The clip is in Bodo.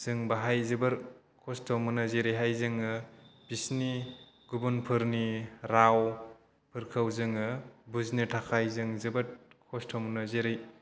जों बाहाय जोबोर खस्थ' मोनो जेरैहाय जोङो बिसिनि गुबुनफोरनि रावफोरखौ जोङो बुजिनो थाखाय जों जोबोद खस्थ' मोनो जेरै